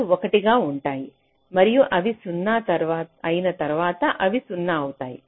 రెండూ 1 గా ఉంటాయి మరియు అవి 0 అయిన తర్వాత అవి 0 అవుతాయి